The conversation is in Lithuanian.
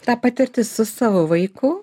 ta patirtis su savo vaiku